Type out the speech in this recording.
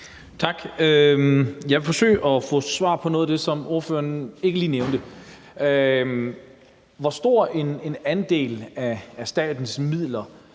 Tak. Jeg vil forsøge at få svar på noget af det, som ordføreren ikke lige nævnte. Hvor stor en andel af statens midler